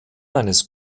eines